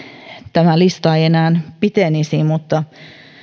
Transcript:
tämä lista ei enää pitenisi mutta